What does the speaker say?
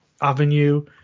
avenue